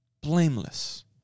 blameless